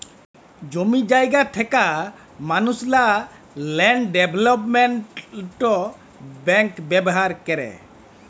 জমি জায়গা থ্যাকা মালুসলা ল্যান্ড ডেভলোপমেল্ট ব্যাংক ব্যাভার ক্যরে